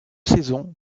saisons